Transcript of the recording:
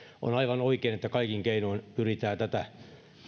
on aivan oikein että kaikin keinoin pyritään tätä